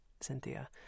Cynthia